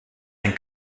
ein